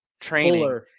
training